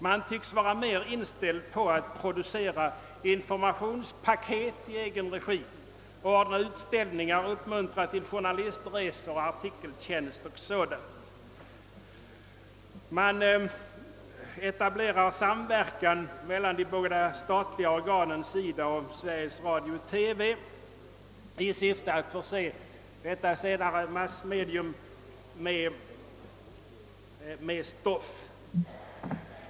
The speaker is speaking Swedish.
Man tycks vara mera inställd på att producera informationspaket i egen regi, ordna utställningar, uppmuntra till journalistresor, artikeltjänst och sådant. Man etablerar samverkan mellan de båda statliga organen SIDA och Sveriges Radio-TV i syfte att förse detta senare massmedium med infor mationsstoff.